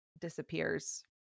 disappears